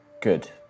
Good